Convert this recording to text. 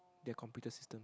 their computer system